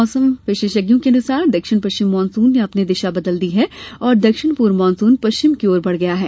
मौसम विशेषज्ञों के अनुसार दक्षिण पश्चिम मानसुन ने अपनी दिशा बदल दी है और दक्षिण पूर्व मानसुन पश्चिम की ओर बढ़ गया है